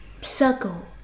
circle